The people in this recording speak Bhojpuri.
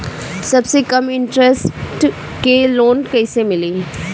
सबसे कम इन्टरेस्ट के लोन कइसे मिली?